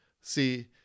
See